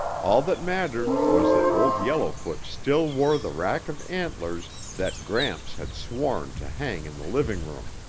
all that mattered was that old yellowfoot still wore the rack of antlers that gramps had sworn to hang in the living room.